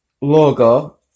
logo